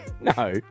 No